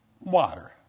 water